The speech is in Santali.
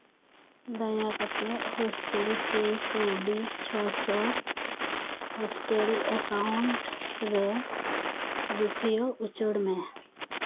ᱫᱟᱭᱟ ᱠᱟᱛᱮᱫ ᱦᱳᱥᱴᱮᱞ ᱯᱷᱤ ᱠᱟᱹᱣᱰᱤ ᱪᱷᱚᱥᱚ ᱦᱳᱥᱴᱮᱞ ᱮᱠᱟᱣᱩᱱᱴ ᱨᱮ ᱨᱩᱠᱷᱭᱟᱹ ᱩᱪᱟᱹᱲ ᱢᱮ